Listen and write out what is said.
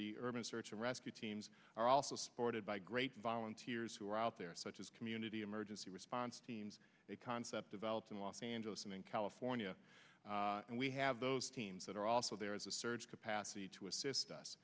the urban search and rescue teams are also supported by great volunteers who are out there such as community emergency response teams a concept developed in los angeles and in california and we have those teams that are also there as a surge capacity to assist us